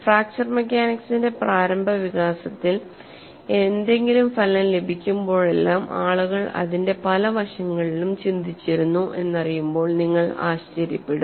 fracture മെക്കാനിക്സിന്റെ പ്രാരംഭ വികാസത്തിൽ എന്തെങ്കിലും ഫലം ലഭിക്കുമ്പോഴെല്ലാം ആളുകൾ അതിന്റെ പല വശങ്ങളിലും ചിന്തിച്ചിരുന്നു എന്നറിയുമ്പോൾ നിങ്ങൾ ആശ്ചര്യപ്പെടും